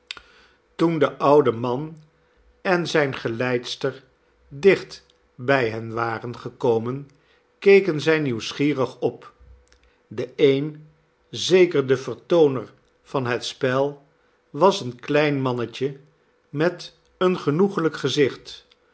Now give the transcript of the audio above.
toen de oude man en zijne geleidster dicht bij hen waren gekomen keken zij nieuwsgierig op de een zeker de vertooner van het spel was een klein mannetje met een genoeglijk gezicht